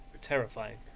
terrifying